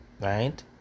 right